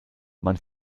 man